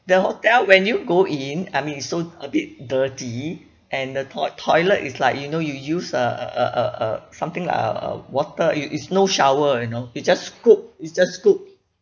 the hotel when you go in I mean it's so a bit dirty and the toi~ toilet is like you know you use a a a a a something like a a water it it's no shower you know it just scoop it's just scoop